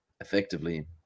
effectively